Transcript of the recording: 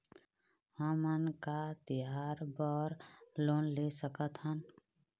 हमन का तिहार बर लोन ले सकथन?